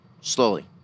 slowly